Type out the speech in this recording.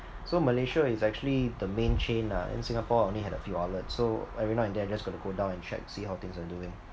so Malaysia is actually the main chain lah in Singapore I only had a few outlets so every now and then I just gotta go down and check see how things are doing